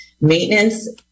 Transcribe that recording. Maintenance